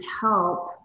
help